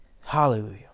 hallelujah